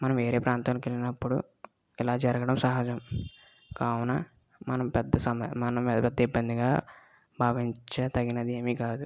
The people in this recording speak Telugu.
మనము వేరే ప్రాంతానికి వెళ్ళినప్పుడు ఇలా జరగడం సహజం కావున మనము పెద్ద ఇబ్బందిగా భావించ తగినదేమీ కాదు